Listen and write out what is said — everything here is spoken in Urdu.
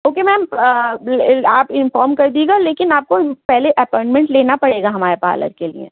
اوکے میم آپ انفارم کر دیجئے گا لیکن آپ کو پہلے اپوائنٹمنٹ لینا پڑے گا ہمارے پارلر کے لئے